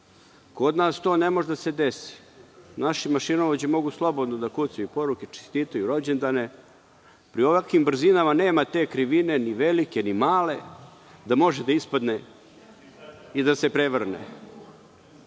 Kod nas to ne može da se desi. Naše mašinovođe mogu slobodno da kucaju poruke, čestitaju rođendane, jer pri ovakvim brzinama nema ni velikih ni malih krivina da može da ispadne i da se prevrne. Često